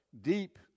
deep